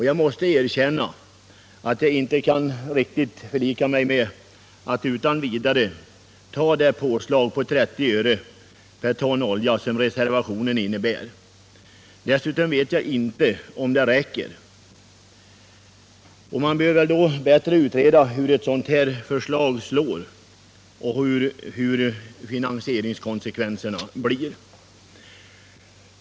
Jag måste erkänna att jag inte riktigt kan förlika mig med reservationens förslag att utan vidare höja avgiften per ton olja med 30 öre. Jag vet inte heller om höjningen är tillräcklig. Det bör bättre utredas hur förslaget faller ut och vilka finansieringskonsekvenserna blir.